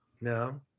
No